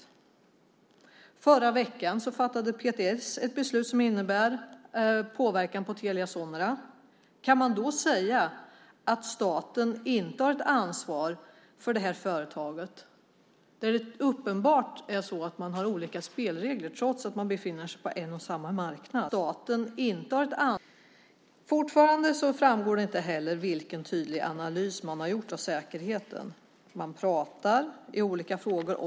I förra veckan fattade PTS ett beslut som innebär påverkan på Telia Sonera. Kan man då säga att staten inte har ett ansvar för detta företag? Det är uppenbart att man har olika spelregler trots att man befinner sig på en och samma marknad. Fortfarande framgår det inte vilken tydlig analys man har gjort av säkerheten. Man talar om vikten av analys i olika frågor.